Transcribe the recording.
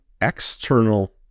external